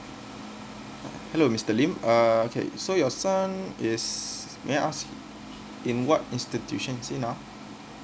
hello mister lim uh okay so your son is may I ask in what institutions is he now